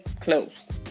close